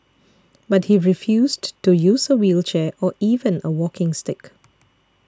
but he refused to use a wheelchair or even a walking stick